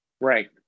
Right